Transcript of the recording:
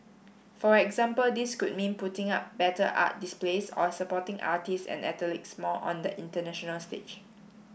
for example this could mean putting up better art displays or supporting artists and athletes more on the international stage